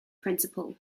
principle